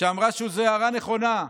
אמרה שזו הערה נכונה,